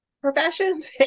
professions